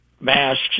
masks